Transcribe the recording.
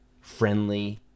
friendly